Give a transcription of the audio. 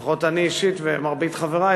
לפחות אני אישית ומרבית חברי,